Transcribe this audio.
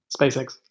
SpaceX